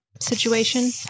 situation